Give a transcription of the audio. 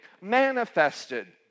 manifested